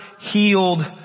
healed